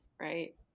right